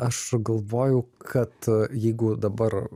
aš galvoju kad jeigu dabar